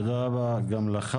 תודה רבה גם לך.